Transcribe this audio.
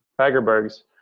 Fagerberg's